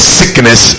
sickness